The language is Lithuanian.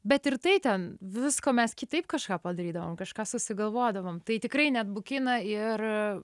bet ir tai ten visko mes kitaip kažką padarydavom kažką susigalvodavom tai tikrai neatbukina ir